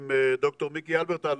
עם ד"ר מיקי הלברטל.